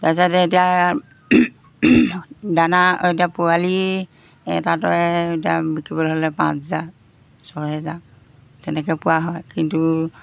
তাৰপিছতে এতিয়া দানা এতিয়া পোৱালী তাতে এতিয়া বিকিবলৈ হ'লে পাঁচহেজাৰ ছহেজাৰ তেনেকৈ পোৱা হয় কিন্তু